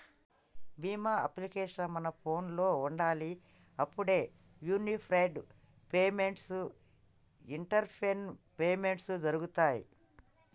Bhim application మన ఫోనులో ఉండాలి అప్పుడే యూనిఫైడ్ పేమెంట్స్ ఇంటరపేస్ పేమెంట్స్ జరుగుతాయ్